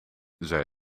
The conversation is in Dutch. zij